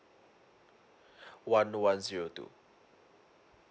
one one zero two